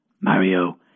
Mario